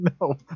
No